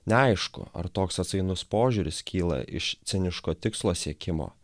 neaišku ar toks atsainus požiūris kyla iš ciniško tikslo siekimo